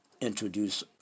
introduce